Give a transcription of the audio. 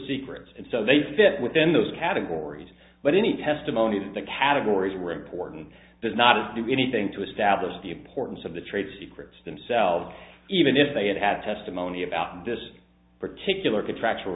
secrets so they fit within those categories but any testimony that the categories were important does not do anything to establish the importance of the trade secrets themselves even if they had had testimony about this particular contractual